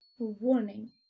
warning